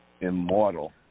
immortal